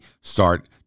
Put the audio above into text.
start